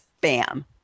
bam